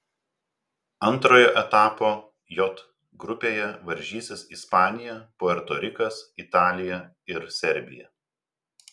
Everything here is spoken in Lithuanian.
antrojo etapo j grupėje varžysis ispanija puerto rikas italija ir serbija